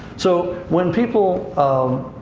so, when people, um